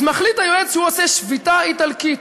אז מחליט היועץ שהוא עושה שביתה איטלקית.